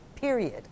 period